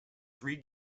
three